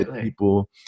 people